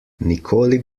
nikoli